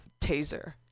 taser